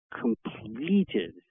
completed